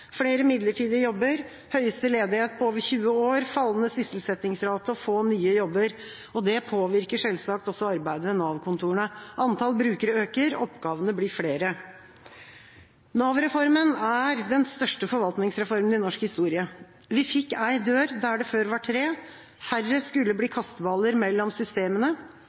flere midlertidige jobber, høyeste ledighet på over 20 år, fallende sysselsettingsrate og få nye jobber. Det påvirker selvsagt også arbeidet ved Nav-kontorene. Antall brukere øker, oppgavene blir flere. Nav-reformen er den største forvaltningsreformen i norsk historie. Vi fikk én dør der det før var tre, færre skulle bli kasteball mellom systemene.